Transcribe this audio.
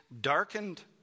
darkened